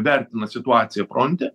vertina situaciją fronte